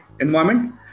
environment